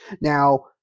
Now